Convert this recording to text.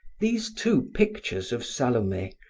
these two pictures of salome,